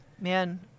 Man